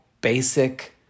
basic